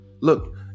Look